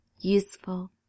useful